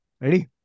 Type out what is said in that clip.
Ready